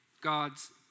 God's